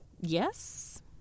Yes